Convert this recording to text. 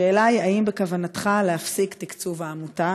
השאלה היא: האם בכוונתך להפסיק תקצוב העמותה?